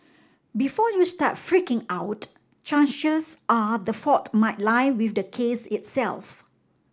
before you start freaking out chances are the fault might lie with the case itself